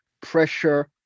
pressure